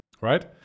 right